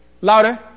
louder